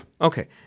Okay